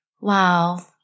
wow